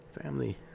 Family